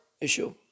issue